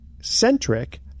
Centric